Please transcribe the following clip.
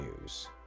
news